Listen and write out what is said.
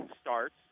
starts